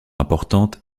importantes